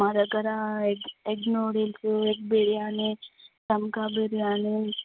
మా దగ్గర egg noodles egg biryani ధంకా బిర్యానీ